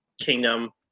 kingdom